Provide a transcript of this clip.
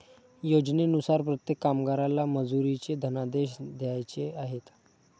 योजनेनुसार प्रत्येक कामगाराला मजुरीचे धनादेश द्यायचे आहेत